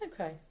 Okay